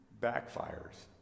backfires